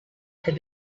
had